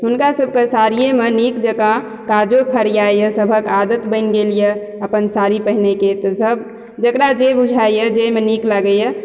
हुनका सबके साड़ियेमे नीक जकाँ काजो फरियाइया सबहक आदत बनि गेल यऽ अपन साड़ी पहिरैके तऽ सब जकरा जे बुझाइया जाहिमे नीक लागैया